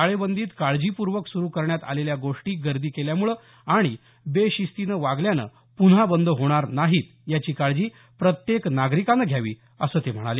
टाळेबंदीत काळजीपूर्वक सुरु करण्यात आलेल्या गोष्टी गर्दी केल्यामुळे आणि बेशिस्तीनं वागल्यामुळे पुन्हा बंद होणार नाहीत याची काळजी प्रत्येक नागरिकानं घ्यावी असं ते म्हणाले